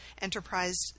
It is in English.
enterprise